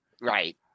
Right